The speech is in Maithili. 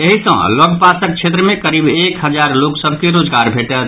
एहि सँ लऽग पासक क्षेत्र मे करीब एक हजार लोक सभ के रोजगार भेटत